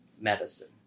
medicine